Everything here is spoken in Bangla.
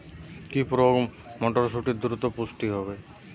কি প্রয়োগে মটরসুটি দ্রুত পুষ্ট হবে?